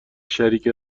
شریک